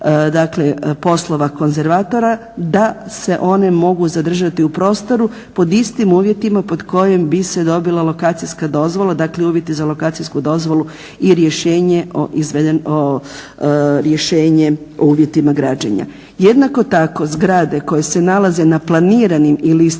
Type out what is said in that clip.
poslova konzervatora da se one mogu zadržati u prostoru pod istim uvjetima pod kojim bi se dobila lokacijska dozvola, dakle uvjeti za lokacijsku dozvolu i rješenje o uvjetima građenja. Jednako tako zgrade koje se nalaze na planiranim ili istraženim